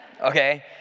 okay